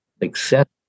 accept